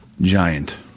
Giant